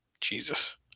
Jesus